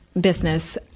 business